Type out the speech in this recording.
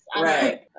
Right